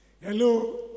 Hello